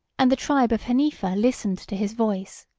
and the tribe of hanifa listened to his voice.